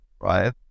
right